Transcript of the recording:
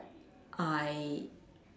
I